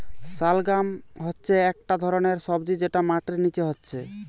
শালগাম হচ্ছে একটা ধরণের সবজি যেটা মাটির নিচে হচ্ছে